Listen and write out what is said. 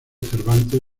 cervantes